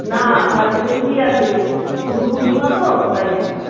না কালকে ছুটি আছে গুরু পূর্ণিমা তো তাই জন্য